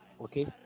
okay